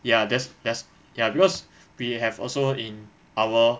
ya that's that's ya because we have also in our